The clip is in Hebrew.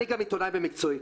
אני גם עיתונאי במקצועי,